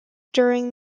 during